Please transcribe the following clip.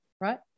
right